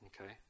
Okay